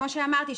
כמו שאמרתי,